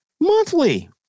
monthly